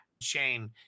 Shane